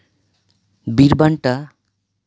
ᱵᱤᱨ ᱵᱟᱱᱴᱟ